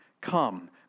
come